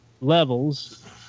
levels